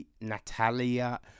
Natalia